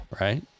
Right